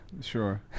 sure